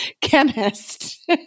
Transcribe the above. chemist